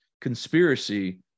conspiracy